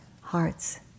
hearts